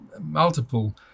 multiple